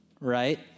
right